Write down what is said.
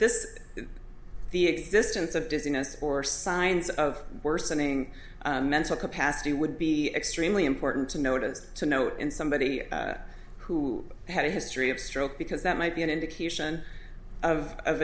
s the existence of dizziness or signs of worsening mental capacity would be extremely important to notice to note in somebody who had a history of stroke because that might be an indication of